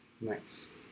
Nice